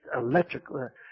electric